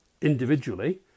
individually